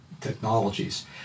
technologies